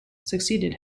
succeeded